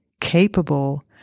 capable